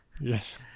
Yes